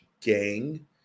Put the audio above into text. gang